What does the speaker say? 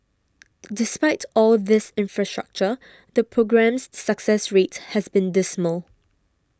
despite all this infrastructure the programme's success rate has been dismal